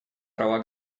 права